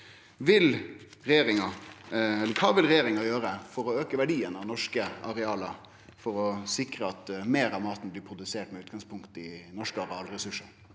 Kva vil regjeringa gjere for å auke verdien av norske areal for å sikre at meir av maten blir produsert med utgangspunkt i norske arealressursar?